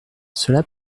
cela